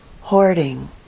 hoarding